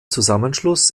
zusammenschluss